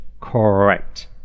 correct